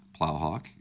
Plowhawk